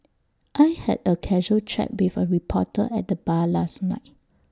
I had A casual chat with A reporter at the bar last night